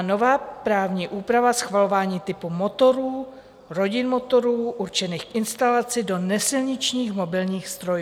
nová právní úprava schvalování typu motorů, rodin motorů, určených k instalaci do nesilničních mobilních strojů.